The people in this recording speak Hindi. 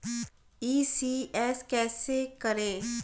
ई.सी.एस कैसे करें?